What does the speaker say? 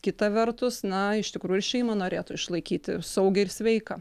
kita vertus na iš tikrųjų ir šeimą norėtų išlaikyti saugią ir sveiką